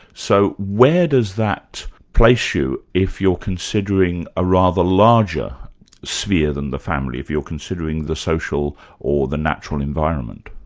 so where does that place you if you're considering a rather larger sphere than the family if you're considering the social or the natural environment?